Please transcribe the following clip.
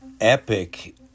epic